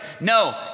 No